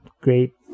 great